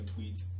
tweets